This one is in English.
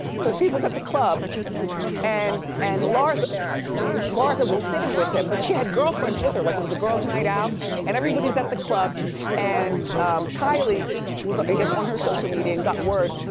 cause he was at the club and and larsa larsa was sitting with him, but she had girlfriends with her, like it was a girl's night out and everybody's at the club and kylie was, i guess, on her social media and got word,